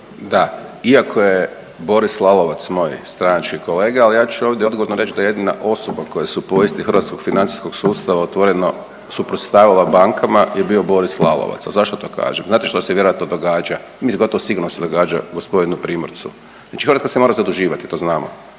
Da, iako je Boris Lalovac moj stranački kolega, al ja ću ovdje odgovorno reć da jedina osoba koja se u povijesti financijskog sustava otvoreno suprotstavila bankama je bio Boris Lalovac. A zašto to kažem? Znate što se vjerojatno događa, mislim gotovo sigurno se događa g. Primorcu, znači Hrvatska se mora zaduživati, to znamo